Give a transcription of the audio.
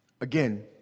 Again